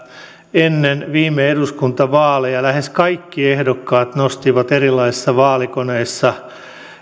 ennen viime eduskuntavaaleja lähes kaikki ehdokkaat nostivat erilaisissa vaalikoneissa